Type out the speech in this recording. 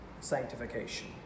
sanctification